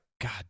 God